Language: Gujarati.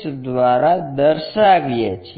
h દ્વારા દર્શાવીએ છીએ